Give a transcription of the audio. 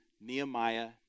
Nehemiah